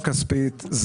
זאת לא בעיה כספית.